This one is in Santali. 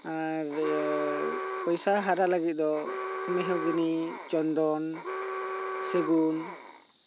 ᱟᱨ ᱤᱭᱟ ᱯᱚᱭᱥᱟ ᱦᱟᱨᱟ ᱞᱟᱹᱜᱤᱫ ᱫᱚ ᱢᱮᱦᱚᱜᱚᱱᱤ ᱪᱚᱱᱫᱚᱱ ᱥᱮᱜᱩᱱ